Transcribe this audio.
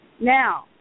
Now